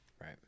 Right